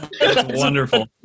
wonderful